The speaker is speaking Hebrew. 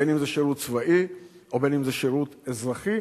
בין אם שירות צבאי ובין אם שירות אזרחי,